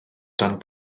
dan